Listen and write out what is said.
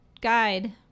guide